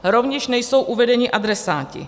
Rovněž nejsou uvedeni adresáti.